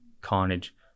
carnage